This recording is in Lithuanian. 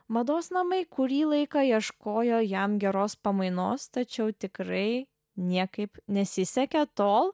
mados namai kurį laiką ieškojo jam geros pamainos tačiau tikrai niekaip nesisekė tol